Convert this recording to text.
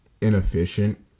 inefficient